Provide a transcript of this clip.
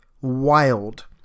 wild